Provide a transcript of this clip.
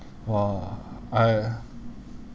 !wah! I